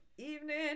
evening